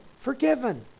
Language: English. forgiven